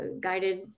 guided